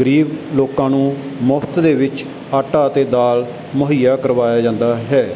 ਗਰੀਬ ਲੋਕਾਂ ਨੂੰ ਮੁਫ਼ਤ ਦੇ ਵਿੱਚ ਆਟਾ ਅਤੇ ਦਾਲ ਮੁਹੱਈਆ ਕਰਵਾਇਆ ਜਾਂਦਾ ਹੈ